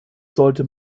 sollte